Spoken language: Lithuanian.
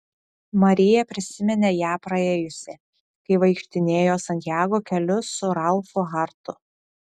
marija prisiminė ją praėjusi kai vaikštinėjo santjago keliu su ralfu hartu